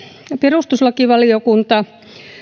perustuslakivaliokunta